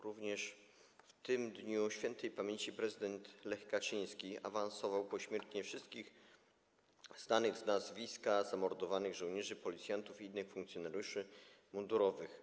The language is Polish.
Również w tym dniu śp. prezydent Lech Kaczyński awansował pośmiertnie wszystkich znanych z nazwiska zamordowanych żołnierzy, policjantów i innych funkcjonariuszy mundurowych.